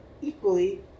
equally